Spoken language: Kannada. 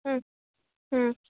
ಹ್ಞೂ ಹ್ಞೂ